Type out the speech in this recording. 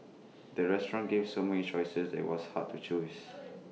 the restaurant gave so many choices that IT was hard to choose